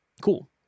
Cool